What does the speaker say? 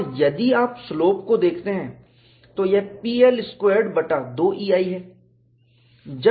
और यदि आप स्लोप को देखते हैं तो यह P L स्क्वैरेड बटा 2 EI है